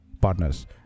partners